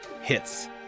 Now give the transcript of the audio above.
hits